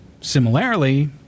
Similarly